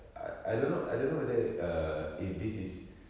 I I don't know I don't know whether err if this is